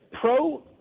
pro